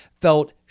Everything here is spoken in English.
felt